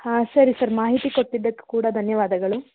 ಹಾಂ ಸರಿ ಸರ್ ಮಾಹಿತಿ ಕೊಟ್ಟಿದ್ದಕ್ಕೆ ಕೂಡ ಧನ್ಯವಾದಗಳು